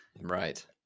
right